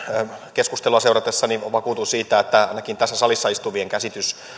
keskustelua seuratessani vakuutuin siitä että ainakin tässä salissa istuvien käsitys